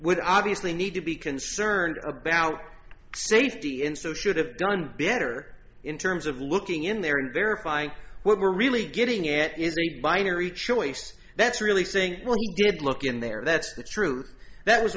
would obviously need to be concerned about safety in so should have done better in terms of looking in there and verifying what we're really getting at is a binary choice that's really saying well he did look in there that's the truth that